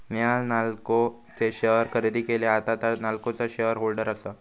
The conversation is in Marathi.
नेहान नाल्को चे शेअर खरेदी केले, आता तां नाल्कोचा शेअर होल्डर आसा